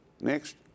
Next